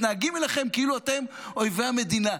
מתנהגים אליכם כאילו אתם אויבי המדינה.